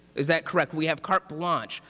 is that correct? we have carte blanche.